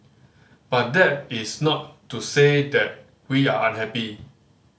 but that is not to say that we are unhappy